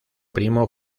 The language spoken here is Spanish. primo